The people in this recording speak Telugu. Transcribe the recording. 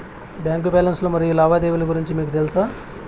బ్యాంకు బ్యాలెన్స్ లు మరియు లావాదేవీలు గురించి మీకు తెల్సా?